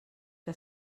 que